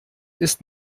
ist